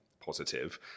positive